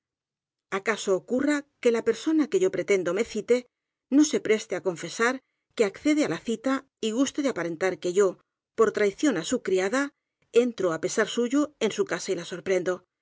acaso ocurra que la persona que yo pretendo me cite no se preste á confesar que acce de á la cita y guste de aparentar que yo por trai ción de su criada entro á pesar suyo en su casa y la sorprendo